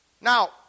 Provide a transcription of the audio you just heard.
Now